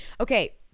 Okay